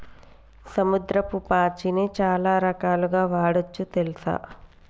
సముద్రపు పాచిని చాలా రకాలుగ వాడొచ్చు తెల్సా